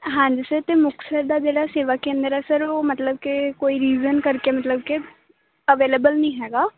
ਹਾਂਜੀ ਸਰ ਅਤੇ ਮੁਕਤਸਰ ਦਾ ਜਿਹੜਾ ਸੇਵਾ ਕੇਂਦਰ ਹੈ ਸਰ ਉਹ ਮਤਲਬ ਕਿ ਕੋਈ ਰੀਜ਼ਨ ਕਰਕੇ ਮਤਲਬ ਕਿ ਅਵੇਲੇਬਲ ਨਹੀਂ ਹੈਗਾ